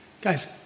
Guys